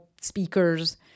speakers